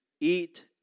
eat